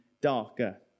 darker